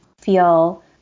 feel